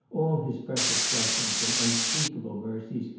all his precious blessings, and unspeakable mercies,